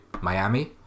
Miami